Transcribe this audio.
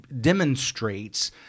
demonstrates